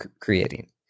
creating